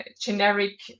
generic